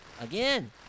again